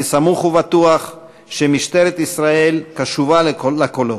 אני סמוך ובטוח שמשטרת ישראל קשובה לקולות,